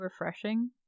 refreshing